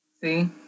See